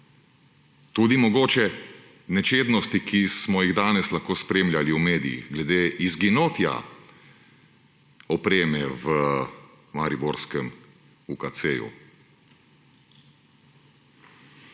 Tudi mogoče nečednosti, ki smo jih danes lahko spremljali v medijih glede izginotja opreme v mariborskem UKC.